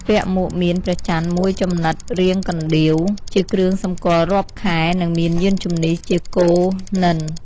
ពាក់មួកមានព្រះចន្រ្ទមួយចំណិតរាងកណ្តៀវ ជាគ្រឿងសម្គាល់រាប់ខែ និងមានយានជំនិះ ជាគោនន្ទិ។។